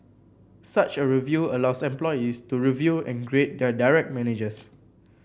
such a review allows employees to review and grade their direct managers